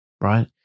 Right